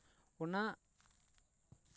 ᱚᱱᱟ